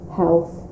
health